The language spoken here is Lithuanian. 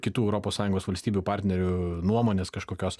kitų europos sąjungos valstybių partnerių nuomonės kažkokios